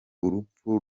urupfu